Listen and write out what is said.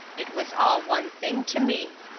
it was all one thing to me.